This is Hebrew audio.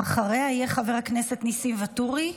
ואחריה יהיה חבר הכנסת ניסים ואטורי.